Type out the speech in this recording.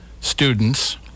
students